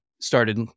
started